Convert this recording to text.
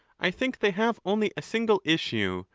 i think they have only a single issue,